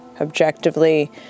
objectively